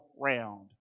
round